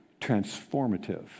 transformative